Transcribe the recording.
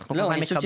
אנחנו וודאי מקבלים.